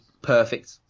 perfect